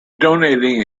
donating